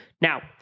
Now